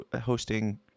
Hosting